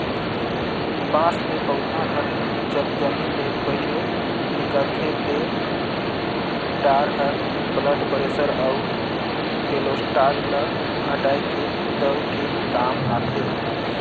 बांस ले पउधा हर जब जमीन ले बहिरे निकलथे ते डार हर ब्लड परेसर अउ केलोस्टाल ल घटाए के दवई के काम आथे